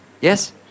Yes